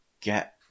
get